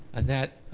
and that,